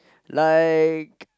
like